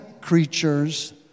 creatures